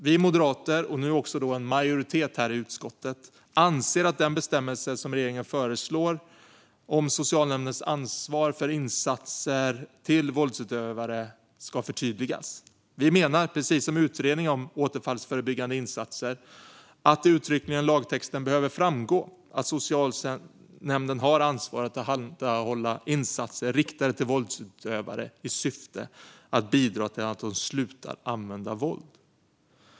Vi moderater, och nu också en majoritet i utskottet, anser att den bestämmelse som regeringen föreslår om socialnämndens ansvar för insatser till våldsutövare ska förtydligas. Vi menar, precis som utredningen om återfallsförebyggande insatser, att det uttryckligen i lagtexten behöver framgå att socialnämnden har ansvar att tillhandahålla insatser riktade till våldsutövare i syfte att bidra till att de slutar använda våld.